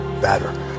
better